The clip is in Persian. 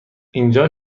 اینجا